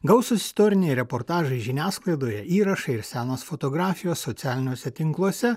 gausūs istoriniai reportažai žiniasklaidoje įrašai senos fotografijos socialiniuose tinkluose